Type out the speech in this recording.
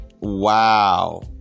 wow